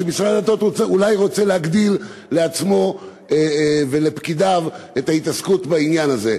אולי משרד הדתות רוצה להגדיל לעצמו ולפקידיו את ההתעסקות בעניין הזה.